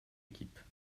équipes